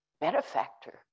benefactor